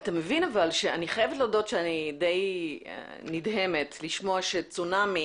אני חייבת להודות שאני די נדהמת לשמוע שצונאמי